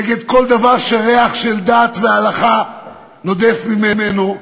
נגד כל דבר שריח של דת והלכה נודף ממנו.